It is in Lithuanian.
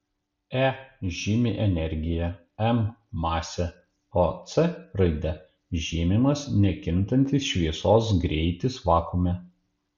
e žymi energiją m masę o c raide žymimas nekintantis šviesos greitis vakuume